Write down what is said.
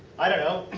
i don't know.